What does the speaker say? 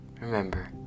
Remember